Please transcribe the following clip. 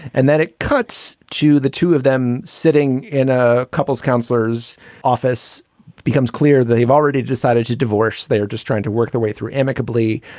and then it cuts to the two of them. sitting in a couples counselor's office becomes clear. they've already decided to divorce. they are just trying to work their way through amicably.